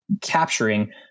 capturing